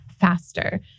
faster